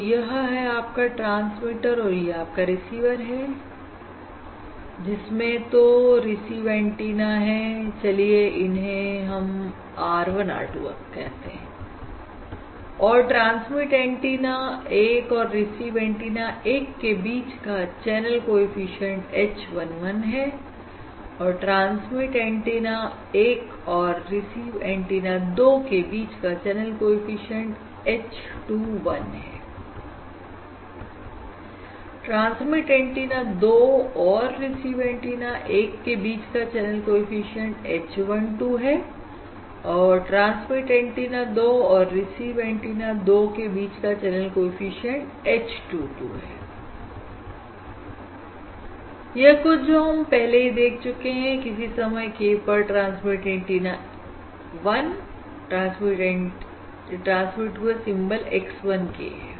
तो यह है आपका ट्रांसमीटर और यह आपका रिसीवर है जिसमें तो रिसीव एंटीना है चलिए हम इन्हें R1 R 2 कहते हैं और ट्रांसमिट एंटीना 1 और रिसीव एंटीना 1 के बीच का चैनल कॉएफिशिएंट h 1 1 है और ट्रांसमिट एंटीना transmit antenna1 और रिसीव एंटीना 2 के बीच का चैनल कॉएफिशिएंट h 21 है ट्रांसमिट एंटीना 2 और रिसीव एंटीना 1 के बीच का चैनल कॉएफिशिएंट h 1 2 है और ट्रांसमिट एंटीना 2 और रिसीव एंटीना 2 के बीच का चैनल कॉएफिशिएंट h 2 2 है यह कुछ जो हम पहले ही देख चुके हैं किसी समय k पर ट्रांसमिट एंटीना 1 ट्रांसमिट हुए सिंबल x 1 k है